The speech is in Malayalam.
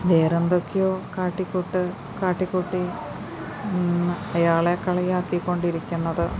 വേറെന്തൊക്കെയോ കാട്ടി കൂട്ട് കാട്ടിക്കൂട്ടി അയാളെ കളിയാക്കി കൊണ്ടിരിക്കുന്നത്